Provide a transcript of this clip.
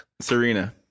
Serena